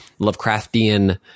Lovecraftian